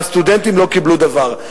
והסטודנטים לא קיבלו דבר.